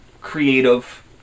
creative